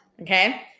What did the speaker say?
Okay